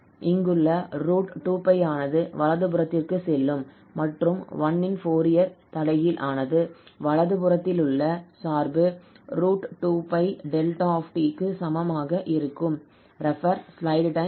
இங்குள்ள 2π ஆனது வலது புறத்திற்கு செல்லும் மற்றும் 1 ன் ஃபோரியர் தலைகீழ் ஆனது வலது புறத்திலுள்ள சார்பு 2π 𝛿𝑡 க்கு சமமாக இருக்கும்